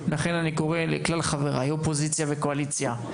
לכן אני פונה לכלל חבריי, אופוזיציה וקואליציה,